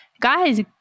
guys